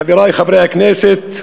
חברי חברי הכנסת,